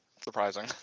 surprising